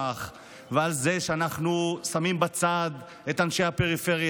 ועל זה שאנחנו שמים בצד את אנשי הפריפריה,